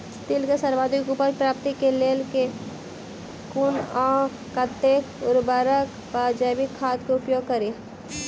तिल केँ सर्वाधिक उपज प्राप्ति केँ लेल केँ कुन आ कतेक उर्वरक वा जैविक खाद केँ उपयोग करि?